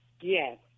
Yes